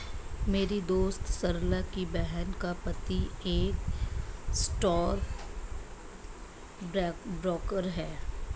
मेरी दोस्त सरला की बहन का पति एक स्टॉक ब्रोकर है